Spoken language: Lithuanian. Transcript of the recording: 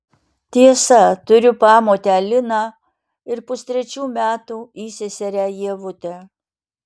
tiesa turiu pamotę liną ir pustrečių metų įseserę ievutę